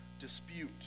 dispute